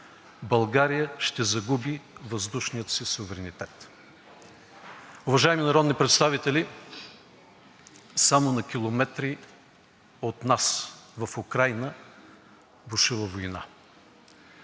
България ще загуби въздушния си суверенитет. Уважаеми народни представители, само на километри от нас – в Украйна, бушува война.